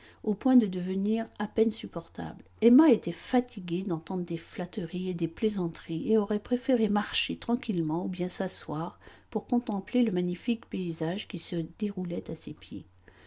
au point de devenir à peine supportable emma était fatiguée d'entendre des flatteries et des plaisanteries et aurait préféré marcher tranquillement ou bien s'asseoir pour contempler le magnifique paysage qui se déroulait à ses pieds